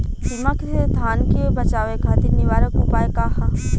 दिमक से धान के बचावे खातिर निवारक उपाय का ह?